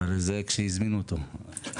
אבל זה כשהזמינו אותו הבעלים.